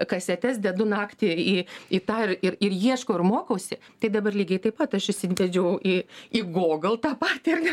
kasetes dedu naktį į į tą ir ir ir ieškau ir mokausi tai dabar lygiai taip pat aš išsivedžiau į į gogl tą patį ar ne